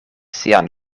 sian